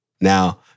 Now